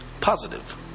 positive